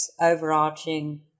overarching